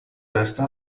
desta